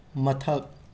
ꯃꯊꯛ